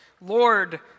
Lord